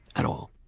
at all.